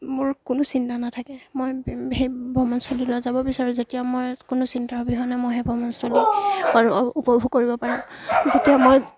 মোৰ কোনো চিন্তা নাথাকে মই সেই ভ্ৰমণ স্থলীলৈ যাব বিচাৰোঁ যেতিয়া মই কোনো চিন্তাৰ অবিহনে মই সেই ভ্ৰমণস্থলী উপভোগ কৰিব পাৰোঁ যেতিয়া মই